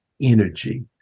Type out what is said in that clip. energy